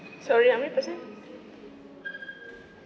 sorry how many person